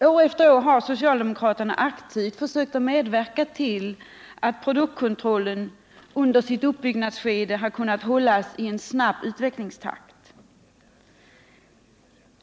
År efter år har socialdemokraterna aktivt försökt medverka till att produktkontrollen under sitt uppbyggnadsskede kunnat hålla en snabb utvecklingstakt.